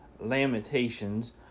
Lamentations